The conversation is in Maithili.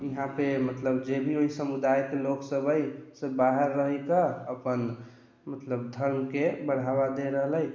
इहाँ पे मतलब जे भी ओहि समुदायके लोकसभ अइ से बाहर रहिके अपन मतलब धर्मके बढ़ावा दऽ रहल अइ